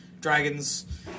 dragons